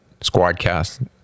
Squadcast